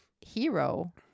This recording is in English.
hero